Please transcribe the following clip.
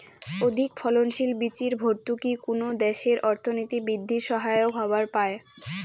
অধিকফলনশীল বীচির ভর্তুকি কুনো দ্যাশের অর্থনীতি বিদ্ধির সহায়ক হবার পায়